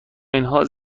اینها